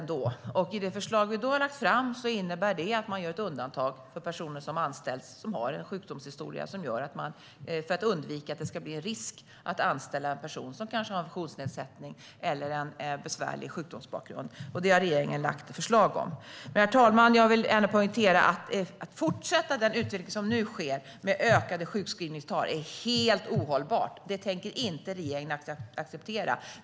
Enligt det förslag som regeringen har lagt fram innebär det att man gör ett undantag för personer som har anställts och som har en sjukdomshistoria. Man ska undvika att det blir en risk att anställa en person som har en funktionsnedsnedsättning eller en besvärlig sjukdomsbakgrund. Herr talman! Jag vill ändå poängtera att den utveckling som nu sker med ökade sjukskrivningstal är helt ohållbar. Det tänker regeringen inte acceptera.